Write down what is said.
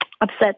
upset